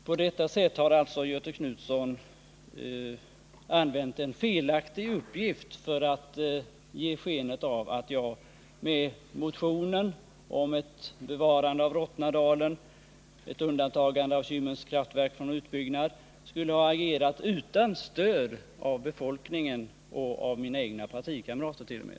På detta sätt har alltså Göthe Knutson använt en felaktig uppgift för att ge sken av att jag med motionen om ett bevarande av Rottnadalen, ett undantagande av Kymmens kraftverk från utbyggnad, skulle ha agerat utan stöd av befolkningen och av mina egna partikamrater t.o.m.